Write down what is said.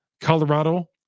Colorado